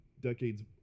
decades